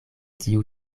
tiu